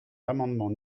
l’amendement